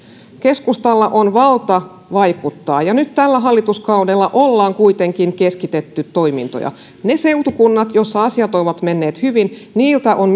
keskustalla on valta vaikuttaa ja nyt tällä hallituskaudella ollaan kuitenkin keskitetty toimintoja niiltä seutukunnilta joissa asiat ovat menneet hyvin on